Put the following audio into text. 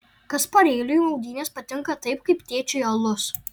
kasparėliui maudynės patinka taip kaip tėčiui alus